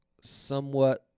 somewhat